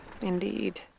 Indeed